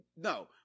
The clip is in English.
no